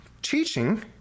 Teaching